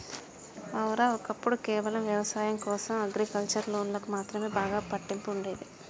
ఔర, ఒక్కప్పుడు కేవలం వ్యవసాయం కోసం అగ్రికల్చర్ లోన్లకు మాత్రమే బాగా పట్టింపు ఉండేది